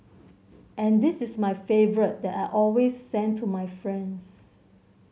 and this is my favourite that I always send to my friends